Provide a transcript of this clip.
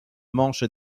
manche